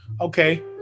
Okay